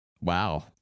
Wow